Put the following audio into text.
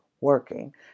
working